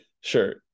sure